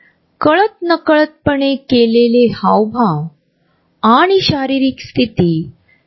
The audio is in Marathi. सार्वजनिक झोन हे सर्वत्र आहे जे व्याख्यानांसाठी इतर कामगिरीसाठी योग्य अंतर आहे